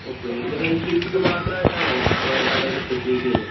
okay ഇവിടെ sea food മാത്രമായിട്ടാണോ അവിടെയൊക്കെ സ്പെഷലൈസ് ചെയ്യുന്നത്